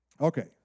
Okay